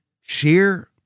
sheer